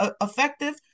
effective